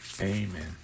Amen